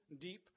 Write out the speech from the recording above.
deep